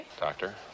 doctor